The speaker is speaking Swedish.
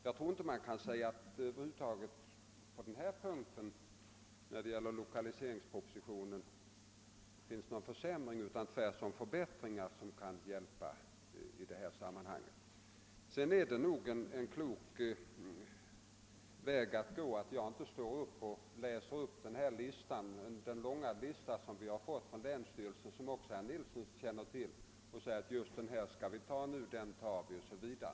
Jag tror inte att man kan påstå att lokaliseringspropositionen på denna punkt innebär några försämringar; tvärtom betyder den förbättringar som kan bli till hjälp. Det är nog också klokt om jag inte läser upp den långa lista vi har fått från länsstyrelsen — herr Nilsson känner också till den — och säger: »Den här orten tar vi nu, den här tar vi också 0.